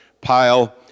pile